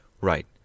right